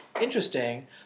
interesting